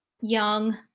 Young